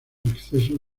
accesos